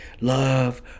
love